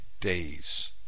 days